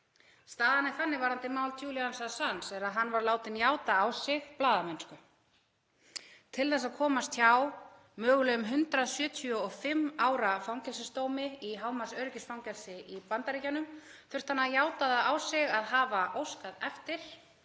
Staðan er þannig varðandi mál Julians Assanges að hann var látinn játa á sig blaðamennsku. Til að komast hjá mögulegum 175 ára fangelsisdómi í hámarksöryggisfangelsi í Bandaríkjunum þurfti hann að játa á sig að hafa óskað eftir,